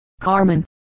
Carmen